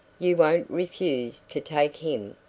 you won't refuse to take him?